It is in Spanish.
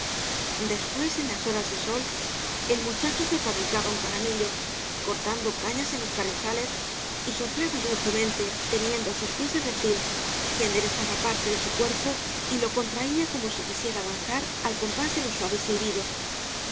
daspués en las horas de sol el muchacho se fabricaba un caramillo cortando cañas en los carrizales y soplaba dulcemente teniendo á bus pies al reptil que en derezaba parte de bu cuerpo y lo contraía como bí quisiera danzar al compás de los suaves silbidos